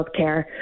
healthcare